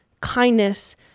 kindness